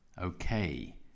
Okay